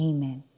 Amen